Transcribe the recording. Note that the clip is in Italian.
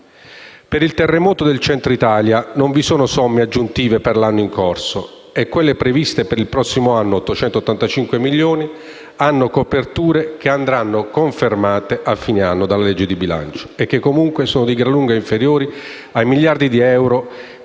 Per il terremoto del Centro Italia non vi sono somme aggiuntive per l'anno in corso e quelle previste per il prossimo anno, pari a 885 milioni di euro, hanno coperture che andranno confermate a fine anno dalla legge di bilancio e che, comunque, sono di gran lunga inferiori ai miliardi di euro che ogni anno